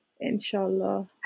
Inshallah